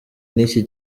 n’iki